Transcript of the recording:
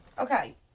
Okay